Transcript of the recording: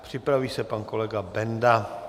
Připraví se pan kolega Benda.